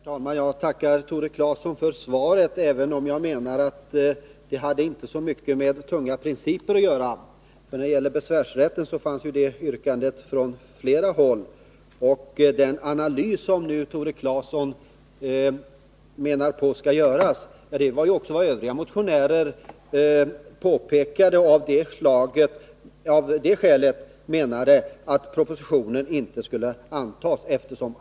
Herr talman! Jag tackar Tore Claeson för detta svar, även om jag menar att det inte hade så mycket med tunga principer att göra. Yrkandet om besvärsrätten ställdes ju från flera håll. Tore Claeson menar att en analys skall göras. Men också övriga motionärer ansåg att avsaknaden av en analys var ett skäl för att inte godta propositionen.